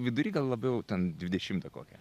vidury gal labiau ten dvidešimtą kokią